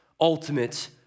ultimate